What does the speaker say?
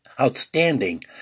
outstanding